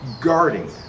guarding